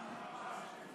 תוצאות ההצבעה: